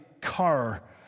car